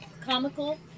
comical